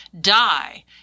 die